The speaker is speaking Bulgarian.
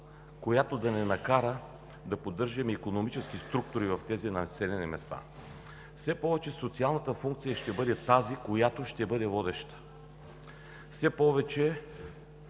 която да ни накара да поддържаме икономически структури в тези населени места. Все повече социалната функция ще бъде тази, която ще бъде водеща. Все повече